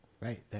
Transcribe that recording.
Right